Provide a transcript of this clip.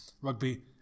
Rugby